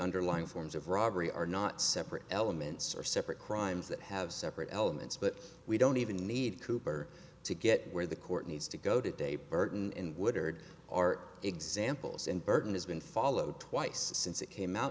underlying forms of robbery are not separate elements or separate crimes that have separate elements but we don't even need cooper to get where the court needs to go today burton and woodard are examples and burden has been followed twice since it came out